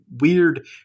weird